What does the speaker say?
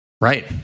Right